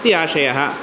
इति आशयः